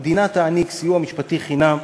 המדינה תעניק סיוע משפטי חינם,